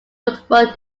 notable